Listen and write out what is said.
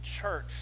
church